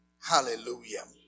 Hallelujah